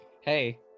Hey